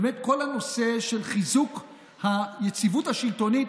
הוא כל הנושא של חיזוק היציבות השלטונית,